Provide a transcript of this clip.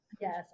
Yes